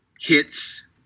hits